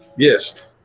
Yes